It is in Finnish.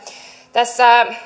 tässä